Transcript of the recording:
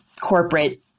corporate